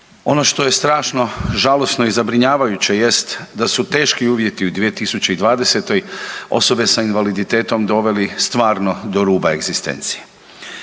Ono što je strašno žalosno i zabrinjavajuće jest da su teški uvjeti u 2020. osobe sa invaliditetom doveli stvarno do ruba egzistencije.